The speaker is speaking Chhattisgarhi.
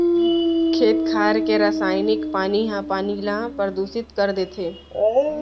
खेत खार के रसइनिक पानी ह पानी ल परदूसित कर देथे